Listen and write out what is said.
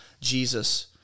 Jesus